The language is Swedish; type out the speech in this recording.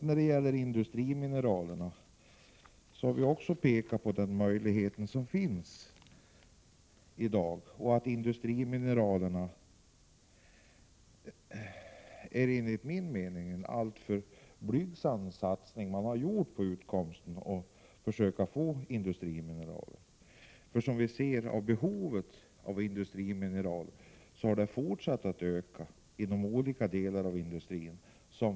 När det gäller industrimineralerna har vi också pekat på den möjlighet som finns i dag. Man har, enligt min mening, gjort en alltför blygsam satsning på att försöka utvinna industrimineraler i Sverige. Behovet av industrimineraler som insatsvaror har fortsatt att öka inom olika delar av industrin.